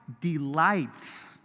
delights